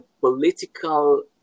political